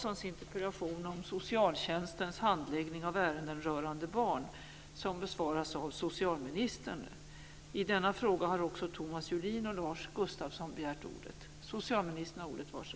Men ambitionen, och det kan man ge besked om redan nu, är att vi ska behålla ett smittskydd på en god nivå, även en god internationell nivå.